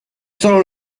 solo